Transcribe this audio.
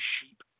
sheep